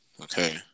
Okay